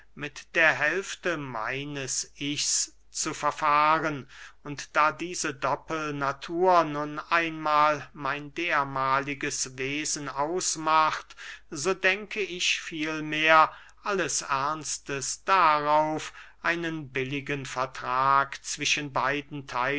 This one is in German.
mit der hälfte meines ichs zu verfahren und da diese doppelnatur nun einmahl mein dermahliges wesen ausmacht so denke ich vielmehr alles ernstes darauf einen billigen vertrag zwischen beiden